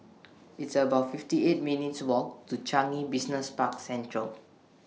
It's about fifty eight minutes' Walk to Changi Business Park Central